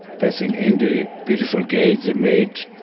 passing in the beautiful gate they made.